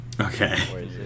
Okay